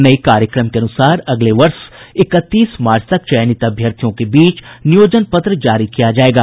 नये कार्यक्रम के अनुसार अगले वर्ष इकतीस मार्च तक चयनित अभ्यर्थियों के बीच नियोजन पत्र जारी किया जायेगा